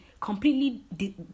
completely